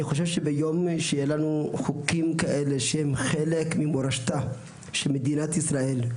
אני חושב שביום שיהיה לנו חוקים כאלה שהם חלק ממורשתה של מדינת ישראל,